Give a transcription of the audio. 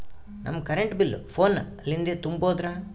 ನಮ್ current bill ಫೋನ ಲಿಂದೇ ತುಂಬೌದ್ರಾ?